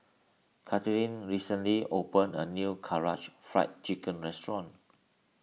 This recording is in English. Katelynn recently opened a new Karaage Fried Chicken restaurant